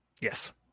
Yes